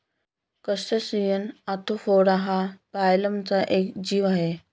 crustacean arthropoda हा फायलमचा एक जीव आहे